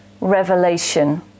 revelation